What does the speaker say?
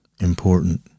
important